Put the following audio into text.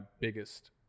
biggest